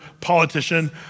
politician